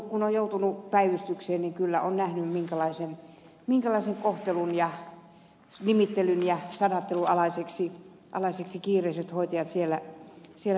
kun on joutunut päivystykseen niin kyllä on nähnyt minkälaisen kohtelun ja nimittelyn ja sadattelun alaisiksi kiireiset hoitajat siellä joutuvat